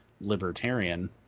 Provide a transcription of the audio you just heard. libertarian